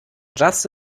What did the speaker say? just